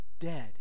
dead